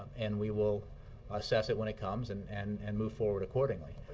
and we will assess it when it comes and and and move forward accordingly.